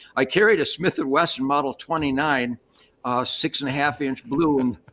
i carried a smith and wesson model twenty nine six and a half inch bloom